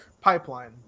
pipeline